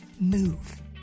move